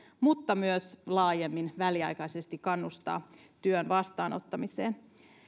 mutta myös laajemmin väliaikaisesti kannustaa työn vastaanottamiseen